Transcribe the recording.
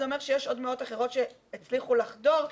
זה אומר שיש עוד מאות אחרות שהצליחו לחדור,